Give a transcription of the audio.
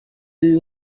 you